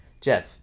Jeff